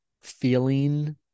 feeling